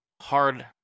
Hard